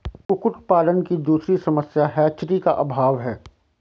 कुक्कुट पालन की दूसरी समस्या हैचरी का अभाव है